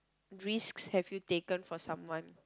risks have you taken for someone